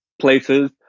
places